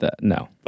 No